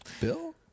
Bill